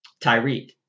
Tyreek